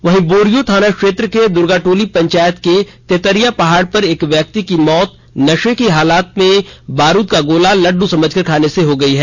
वही बोरियो थाना क्षेत्र के दुर्गाटोला पंचायत के तेतरिया पहाड़ पर एक व्यक्ति की मौत नशे की हालत में बारूद का गोला लड्ड समझ कर खाने से हो गई है